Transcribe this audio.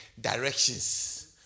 directions